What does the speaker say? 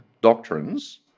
doctrines